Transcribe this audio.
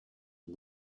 and